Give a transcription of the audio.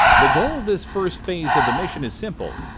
the goal of this first phase of the mission is simple,